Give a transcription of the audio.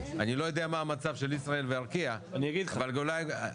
אני לא יודע מה המצב של ישראייר וארקיע --- אני אגיד לך --- לא,